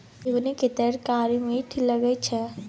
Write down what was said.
झिगुनी केर तरकारी मीठ लगई छै